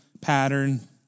pattern